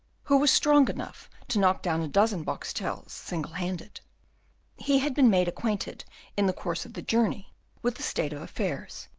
who was strong enough to knock down a dozen boxtels single-handed he had been made acquainted in the course of the journey with the state of affairs,